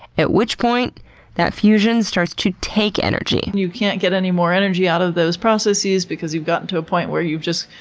at which point that fusion starts to take energy. you can't get any more energy out of those processes because you've gotten to a point where you've just,